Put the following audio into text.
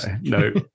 no